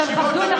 אני לא יכולה,